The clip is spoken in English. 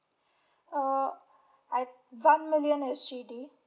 uh I one million S_G_D